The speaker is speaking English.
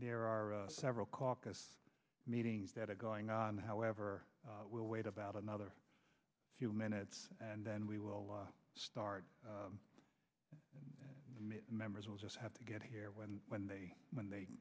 there are several caucus meetings that are going on however i will wait about another few minutes and then we will start mid members will just have to get here when when they when they